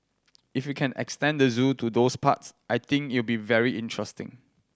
if you can extend the zoo to those parts I think it'll be very interesting